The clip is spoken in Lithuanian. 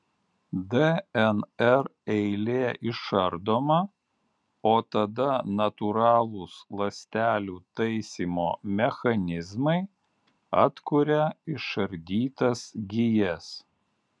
dnr eilė išardoma o tada natūralūs ląstelių taisymo mechanizmai atkuria išardytas gijas